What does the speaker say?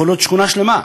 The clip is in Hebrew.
יכולה להיות שכונה שלמה,